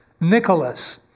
Nicholas